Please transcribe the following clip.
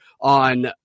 on